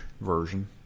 version